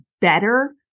better